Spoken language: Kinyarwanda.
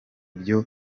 byo